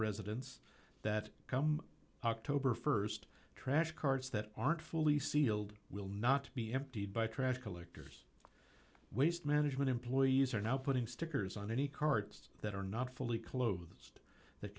residents that come october st trash carts that aren't fully sealed will not be emptied by trash collectors waste management employees are now putting stickers on any carts that are not fully clothed that